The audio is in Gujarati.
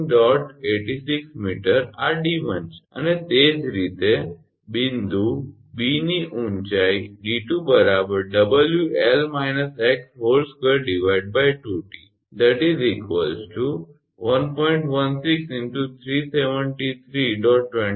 86 𝑚 આ 𝑑1 છે અને તે જ રીતે બિંદુ 𝐵 ની ઊંચાઇheight of point 𝐵 𝑑2 𝑊𝐿 − 𝑥12 2𝑇 1